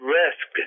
risk